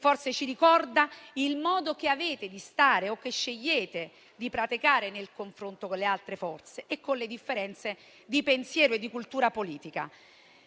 forse ci ricorda il modo che avete di stare - o che scegliete di praticare - nel confronto con le altre forze e con le differenze di pensiero e cultura politica.